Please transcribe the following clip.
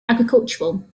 agricultural